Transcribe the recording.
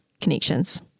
connections